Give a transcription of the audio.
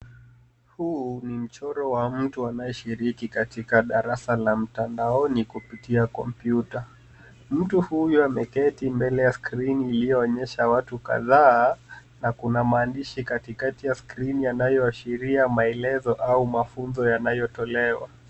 Huu ni mchoro wa mtu anaoshiriki katika darasa la mtandaoni kupitia komputa mtu huyu ameketi mbele ya skrini iliyoonyesha watu kadhaa na kuna maadishi katikati ya skrini inayoashriria maelezo au mafunzo yanayotolewa .